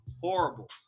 horrible